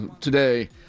today